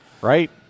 right